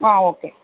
ആ ഓക്കേ